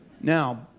Now